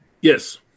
Yes